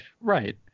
Right